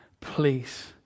Please